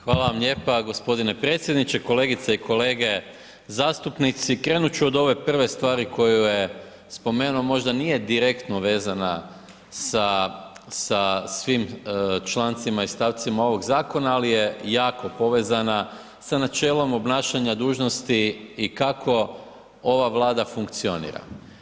Hvala vam lijepo gospodine predsjedniče, kolegice i kolege zastupnici, krenuti ću od ove prve stvari koju je spomenuo možda nije direktno vezana sa svim člancima i stavcima ovog zakona, ali je jako povezana sa načelom obnašanja dužnosti i kako ova vlada funkcionira.